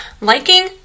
liking